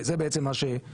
זה בעצם מה שמה שאומרים,